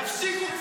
תפסיקו כבר